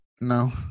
no